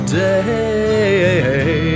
day